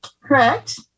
correct